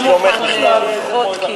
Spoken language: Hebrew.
לא נוכל לדחות את ההצבעה.